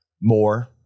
more